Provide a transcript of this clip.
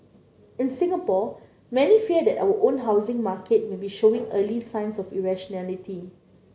in Singapore many fear that our own housing market may be showing early signs of irrationality